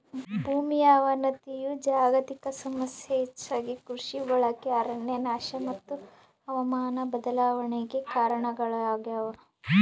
ಭೂಮಿಯ ಅವನತಿಯು ಜಾಗತಿಕ ಸಮಸ್ಯೆ ಹೆಚ್ಚಾಗಿ ಕೃಷಿ ಬಳಕೆ ಅರಣ್ಯನಾಶ ಮತ್ತು ಹವಾಮಾನ ಬದಲಾವಣೆ ಕಾರಣಗುಳಾಗ್ಯವ